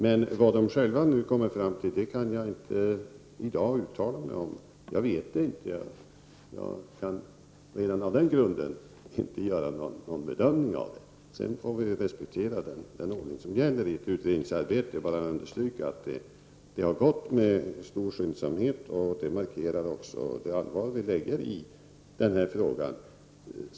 Men vad man nu kommer fram till kan jag i dag ej uttala mig om. Det vet jag inte, och redan av den orsaken kan jag inte göra någon bedömning. Vi måste respektera den ordning som gäller i ett utredningsarbete. Jag vill bara understryka att arbetet har bedrivits med stor skyndsamhet, vilket markerar det allvar vi lägger i den här frågan.